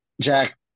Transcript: Jack